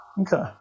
Okay